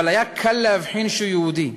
אבל היה קל להבחין שהוא יהודי.